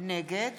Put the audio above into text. נגד